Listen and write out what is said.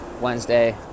Wednesday